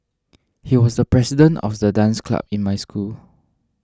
he was the president of the dance club in my school